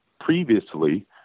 previously